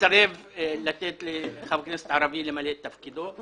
שמסרב לתת לחבר כנסת ערבי למלא את תפקידו.